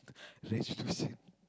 let's to sleep